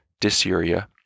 dysuria